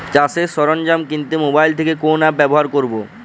চাষের সরঞ্জাম কিনতে মোবাইল থেকে কোন অ্যাপ ব্যাবহার করব?